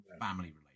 family-related